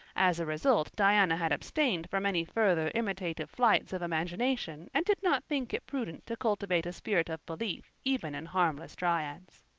as a result diana had abstained from any further imitative flights of imagination and did not think it prudent to cultivate a spirit of belief even in harmless dryads.